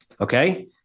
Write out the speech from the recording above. Okay